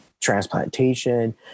transplantation